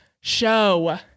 show